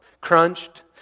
crunched